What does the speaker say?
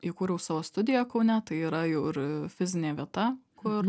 įkūriau savo studiją kaune tai yra jau ir fizinė vieta kur